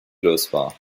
lösbar